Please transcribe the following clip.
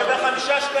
אני,